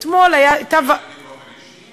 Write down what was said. את שואלת אותי באופן אישי?